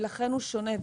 ולכן הוא שונה,